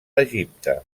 egipte